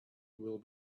will